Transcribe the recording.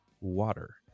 water